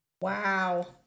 Wow